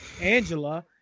Angela